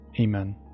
amen